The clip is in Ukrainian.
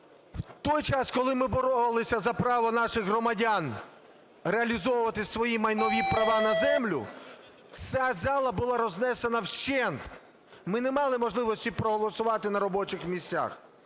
в той час, коли ми боролися за право наших громадян реалізовувати свої майнові права на землю, ця зала була рознесена вщент. Ми не мали можливості проголосувати на робочих місцях.